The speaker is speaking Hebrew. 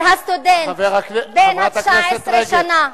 על הסטודנט בן ה-19 שנה,